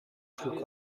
schlug